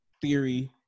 theory